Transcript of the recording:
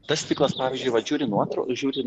tas stiklas pavyzdžiui vat žiūri nuotrau žiūrint